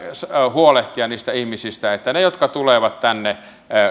huolehtia niistä ihmisistä että heidät jotka tulevat tänne